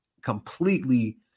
completely